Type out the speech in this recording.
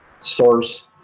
source